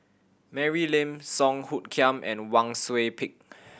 Mary Lim Song Hoot Kiam and Wang Sui Pick